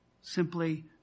simply